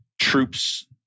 troops